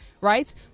right